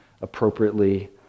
appropriately